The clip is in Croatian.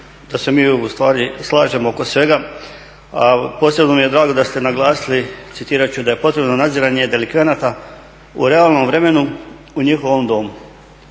da se mi ustvari slažemo oko svega a posebno mi je drago da ste naglasili citirat ću: "da je potrebno nadziranje delikvenata u realnom vremenu u njihovom domu".